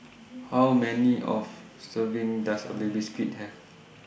How Many of Serving Does A Baby Squid Have